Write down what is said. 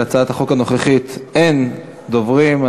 להצעת החוק הנוכחית אין דוברים,